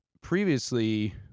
previously